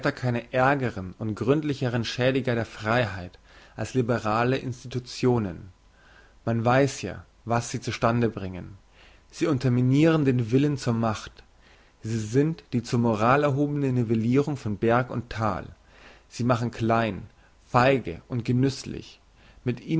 keine ärgeren und gründlicheren schädiger der freiheit als liberale institutionen man weiss ja was sie zu wege bringen sie unterminiren den willen zur macht sie sind die zur moral erhobene nivellirung von berg und tal sie machen klein feige und genüsslich mit